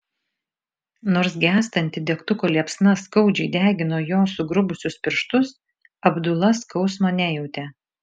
nors gęstanti degtuko liepsna skaudžiai degino jo sugrubusius pirštus abdula skausmo nejautė